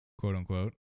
quote-unquote